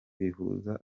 bihuza